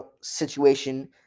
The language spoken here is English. situation